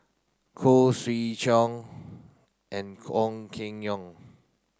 Khoo Swee Chiow and Ong Keng Yong